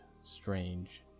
strange